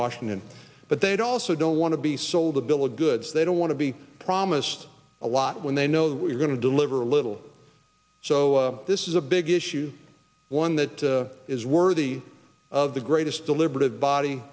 washington but they also don't want to be sold a bill of goods they don't want to be promised a lot when they know that we're going to deliver a little so this is a big issue one that is worthy of the greatest deliberative body